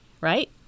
right